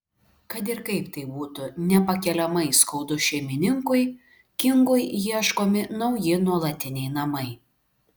kad ir kaip tai būtų nepakeliamai skaudu šeimininkui kingui ieškomi nauji nuolatiniai namai